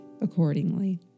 accordingly